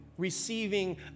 Receiving